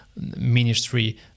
Ministry